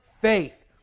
faith